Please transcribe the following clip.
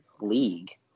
league